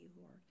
Lord